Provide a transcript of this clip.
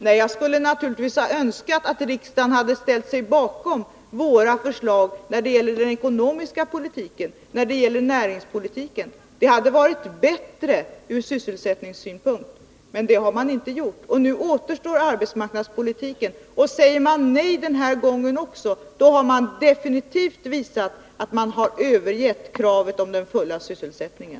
Nej, jag skulle naturligtvis ha önskat att riksdagen hade ställt sig bakom våra förslag när det gäller den ekonomiska politiken och när det gäller näringspolitiken. Det hade varit bättre ur sysselsättningssynpunkt, men det har den inte gjort. Nu återstår arbetsmarknadspolitiken, och säger riksdagens majoritet nej den här gången har den definitivt visat att den har övergivit kravet om den fulla sysselsättningen.